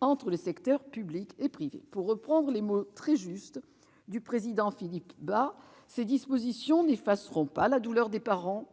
entre les secteurs public et privé. Pour reprendre les mots très justes de Philippe Bas, président de notre commission des lois, ces dispositions n'effaceront pas la douleur des parents,